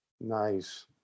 Nice